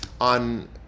on